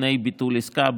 לפני ביטול עסקה,